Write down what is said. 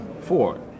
four